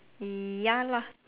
ya lah